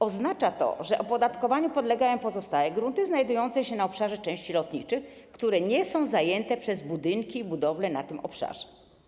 Oznacza to, że opodatkowaniu podlegają pozostałe grunty znajdujące się na obszarze części lotniczych, które nie są zajęte przez budynki i budowle na tym obszarze.